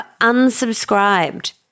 unsubscribed